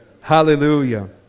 Hallelujah